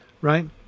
Right